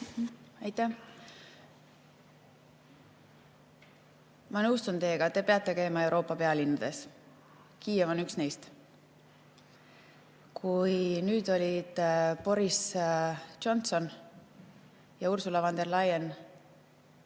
Ma nõustun teiega, et te peate käima Euroopa pealinnades. Kiiev on üks neist. Kui nüüd olid Boris Johnson ja Ursula von der Leyen